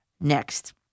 next